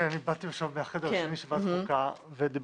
אני באתי עכשיו מהחדר השני של ועדת חוקה ודיברתי